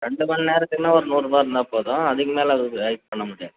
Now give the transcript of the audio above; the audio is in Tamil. ரெண்டு மணிநேரத்துக்குனா ஒரு நூறுரூபா இருந்தால் போதும் அதுக்குமேல் அதுக்கு வெயிட் பண்ணமுடியாது